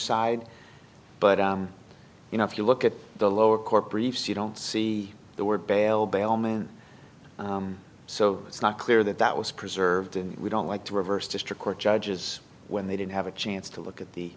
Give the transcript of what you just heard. side but you know if you look at the lower court briefs you don't see the word bail bail mean so it's not clear that that was preserved and we don't like to reverse district court judges when they didn't have a chance to look at the